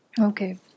Okay